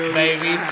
baby